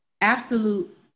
Absolute